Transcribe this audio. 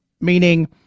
meaning